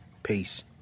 Peace